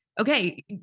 okay